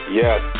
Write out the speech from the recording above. yes